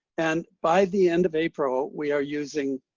and by the end of april, we are using